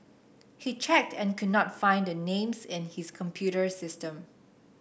he checked and could not find the names in his computer system